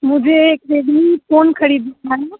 मुझे एक Redmi phone खरीदना है